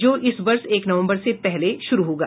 जो इस वर्ष एक नवंबर से पहले शुरू होगा